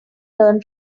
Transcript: learn